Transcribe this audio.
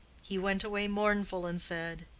he went away mournful, and said,